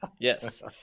Yes